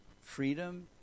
Freedom